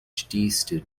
student